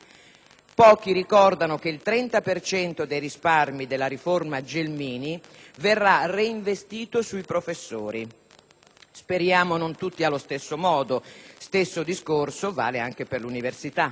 Pochi ricordano che il 30 per cento dei risparmi della riforma Gelmini verrà reinvestito sui professori. Speriamo non tutti allo stesso modo. Lo stesso discorso vale anche per l'università: